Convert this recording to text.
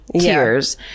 tears